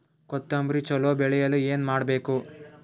ಕೊತೊಂಬ್ರಿ ಚಲೋ ಬೆಳೆಯಲು ಏನ್ ಮಾಡ್ಬೇಕು?